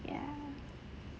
yeah